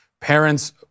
Parents